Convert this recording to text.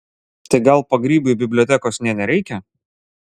tai gal pagrybiui bibliotekos nė nereikia